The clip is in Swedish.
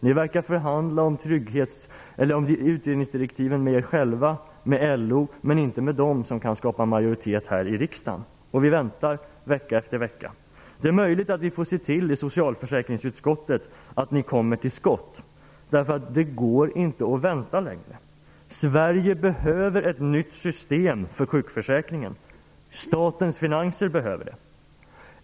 Ni förefaller förhandla om utredningsdirektiven med er själva och med LO men inte med dem som kan skapa majoritet här i riksdagen. Vi väntar vecka efter vecka. Det är möjligt att vi i socialförsäkringsutskottet får se till att ni kommer till skott, eftersom det inte går att vänta längre. Sverige behöver ett nytt system för sjukförsäkringen. Det behövs för statens finanser.